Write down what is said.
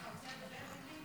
אתה רוצה לדבר, מיקי?